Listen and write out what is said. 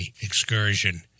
excursion